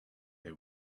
they